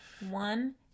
One